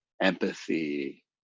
empathy